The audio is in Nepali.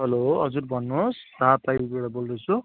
हेलो हजुर भन्नुहोस् बोल्दैछु